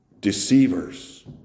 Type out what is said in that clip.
deceivers